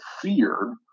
fear